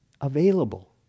available